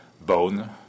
bone